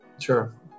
Sure